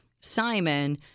Simon